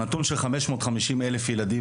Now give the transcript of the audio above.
הנתון של 550 אלף ילדים,